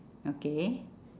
okay